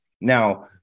Now